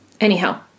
Anyhow